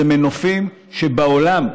אלה מנופים שבעולם,